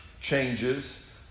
changes